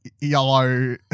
yellow